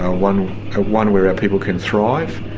ah one ah one where our people can thrive.